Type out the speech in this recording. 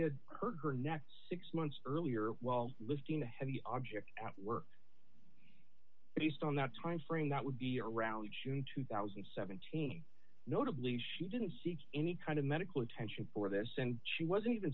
had heard her next six months earlier while lifting a heavy object were based on that time frame that would be around june two thousand and seventeen notably she didn't seek any kind of medical attention for this and she wasn't even